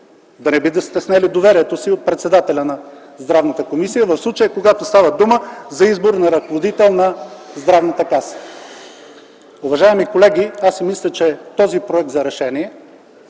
Да не би да сте снели доверието си от председателя на Здравната комисия, в случая, когато става дума за избор на ръководител на Здравната каса? Уважаеми колеги, мисля, че проектът за решение